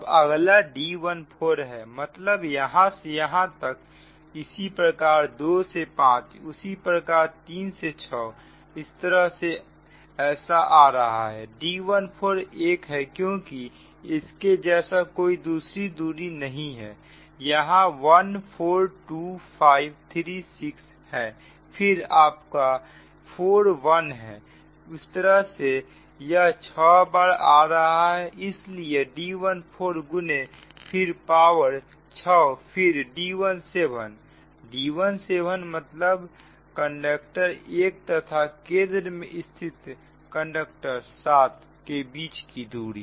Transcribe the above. अब अगला D14 है मतलब यहां से यहां तक इसी प्रकार 2 से 5 इसी प्रकार 3 से 6 इस तरह से ऐसा आ रहा है D14 एक है क्योंकि इसके जैसा कोई दूसरा दूरी नहीं है यहां 1 4 2 5 3 6 है फिर आपका 4 1 है इस तरह से यह छह बार आ रहा है इसलिए D14 गुने फिर पावर 6 फिर D17 D17 मतलब कंडक्टर 1 तथा केंद्र में स्थित कंडक्टर 7 के बीच की दूरी